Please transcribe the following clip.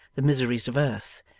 the miseries of earth,